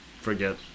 forget